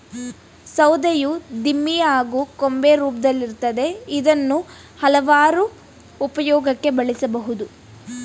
ಸೌಧೆಯು ದಿಮ್ಮಿ ಹಾಗೂ ಕೊಂಬೆ ರೂಪ್ದಲ್ಲಿರ್ತದೆ ಇದ್ನ ಹಲ್ವಾರು ಉಪ್ಯೋಗಕ್ಕೆ ಬಳುಸ್ಬೋದು